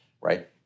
right